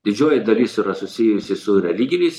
didžioji dalis yra susijusi su religiniais